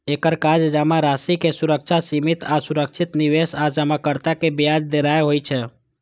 एकर काज जमाराशिक सुरक्षा, सीमित आ सुरक्षित निवेश आ जमाकर्ता कें ब्याज देनाय होइ छै